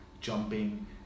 jumping